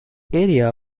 area